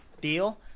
deal